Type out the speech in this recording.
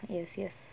yes yes